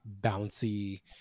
bouncy